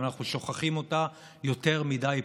אבל אנחנו שוכחים אותה יותר מדי פעמים: